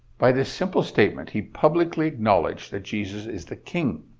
by this simple statement he publicly acknowledged that jesus is the king.